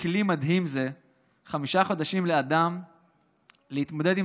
כלי מדהים זה חמישה חודשים לאדם להתמודד עם